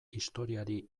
historiari